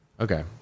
Okay